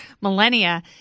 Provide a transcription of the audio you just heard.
millennia